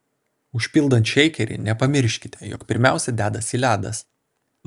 užpildant šeikerį nepamirškite jog pirmiausia dedasi ledas